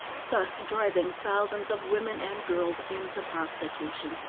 thus driving thousands of women and girls into prostitution.